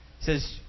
says